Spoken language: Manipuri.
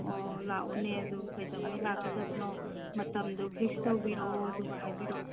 ꯑꯣ ꯂꯥꯛꯎꯅꯦ ꯑꯗꯨ ꯀꯩꯗꯧꯉꯩ ꯂꯥꯛꯀꯗꯕꯅꯣ ꯃꯇꯝꯗꯣ ꯐꯤꯛꯁ ꯇꯧꯕꯤꯔꯛꯑꯣ ꯑꯗꯨꯒ ꯍꯥꯏꯕꯤꯔꯛꯑꯣ